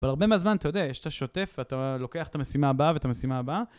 אבל הרבה מהזמן, אתה יודע, יש את השוטף, אתה לוקח את המשימה הבאה ואת המשימה הבאה.